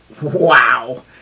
Wow